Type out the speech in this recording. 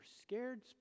scared